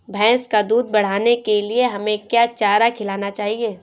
भैंस का दूध बढ़ाने के लिए हमें क्या चारा खिलाना चाहिए?